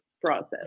process